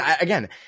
again